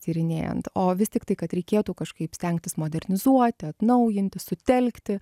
tyrinėjant o vis tiktai kad reikėtų kažkaip stengtis modernizuoti atnaujinti sutelkti